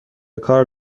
کار